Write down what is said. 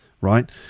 right